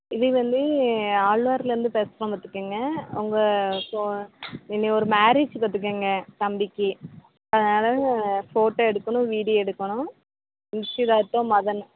இது வந்து ஆல்வார்லேயிந்து பேசுகிறோம் பார்த்துக்கங்க உங்கள் ஸோ இன்னே ஒரு மேரேஜ் பார்த்துக்கங்க தம்பிக்கு அதனால் ஃபோட்டோ எடுக்கணும் வீடியோ எடுக்கணும் நிச்சயதார்த்தம் மதன்